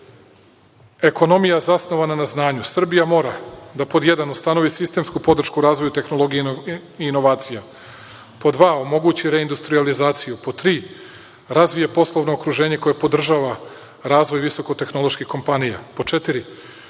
ekonomija zasnovana na znanju, Srbija mora da: pod jedan – ustanovi sistemsku podršku razvoju tehnologije i inovacija, pod dva – omogući reindustrijalizaciju, pod tri – razvije poslovno okruženje koje podržava razvoj visokotehnoloških kompanija, pod četiri